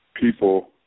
people